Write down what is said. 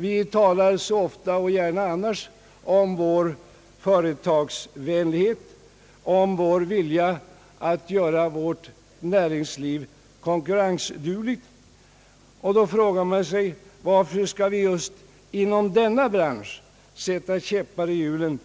Vi talar så ofta och gärna annars om vår företagsvänlighet, om vår vilja att göra vårt näringsliv konkurrensdugligt. Då frågar man sig: Varför skall vi just inom denna bransch sätta käppar i hjulen